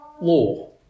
law